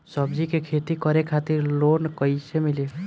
सब्जी के खेती करे खातिर लोन कइसे मिली?